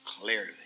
clearly